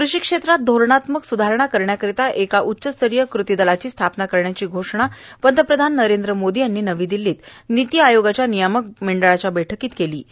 कृषीक्षेत्रात धोरणात्मक सुधारणा करण्याकरता एक उच्चस्तरीय कृतीदल स्थापन करायची घोषणा पंतप्रधान नरेंद्र मोदी यांनी काल नवी दिल्लीत नीती आयोगाच्या नियामक मंडळाच्या बैठकीत केली होती